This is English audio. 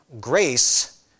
grace